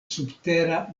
subtera